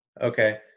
Okay